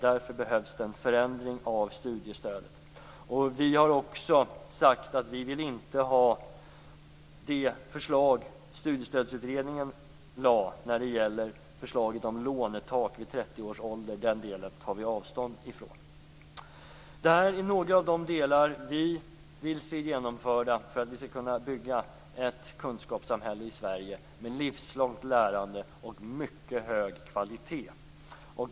Därför behövs en förändring av studiestödet. Vi har också sagt att vi inte vill ha det förslag Studiestödsutredningen lade fram om lånetak vid 30 års ålder. Den delen tar vi avstånd från. Detta är några av de delar som vi i Centerpartiet vill se genomförda för att vi skall kunna bygga ett kunskapssamhälle i Sverige med livslångt lärande och mycket hög kvalitet.